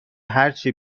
هرچی